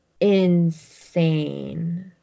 insane